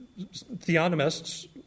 theonomists